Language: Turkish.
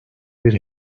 bir